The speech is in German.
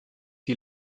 die